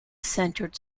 centered